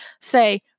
say